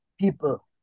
people